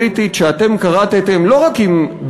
חבל שהצעתם הצעות כל כך מופקרות בלי לעשות